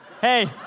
Hey